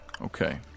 Okay